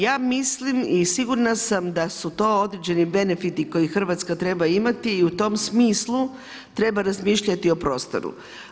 Ja mislim i sigurna sam da su to određeni benefiti koje Hrvatska treba imati i u tom smislu treba razmišljati o prostoru.